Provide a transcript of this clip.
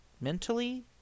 mentally